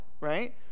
right